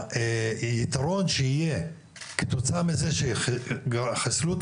היתרון שיהיה כתוצאה מזה שיחסלו את